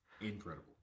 Incredible